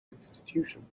institution